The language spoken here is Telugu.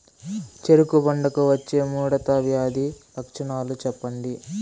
చెరుకు పంటకు వచ్చే ముడత వ్యాధి లక్షణాలు చెప్పండి?